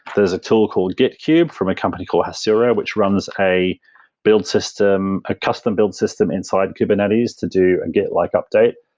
there's a tool called gitkube from a company called hasura, which runs a build system, a custom build system inside kubernetes to do and git like update.